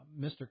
Mr